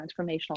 transformational